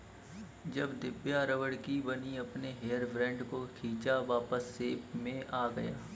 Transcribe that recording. जब दिव्या रबड़ की बनी अपने हेयर बैंड को खींचा वापस शेप में आ गया